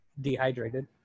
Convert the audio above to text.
dehydrated